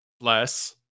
less